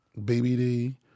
BBD